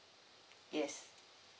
yes